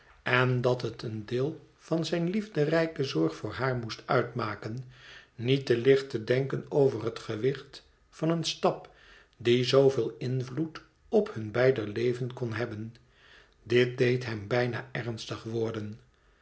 en dat het een deel van zijne liefderijke zorg voor haar moest uitmaken niet te licht te denken over het gewicht van een stap die zooveel invloed op hun beider leven kon hebben dit deed hem bijna ernstig worden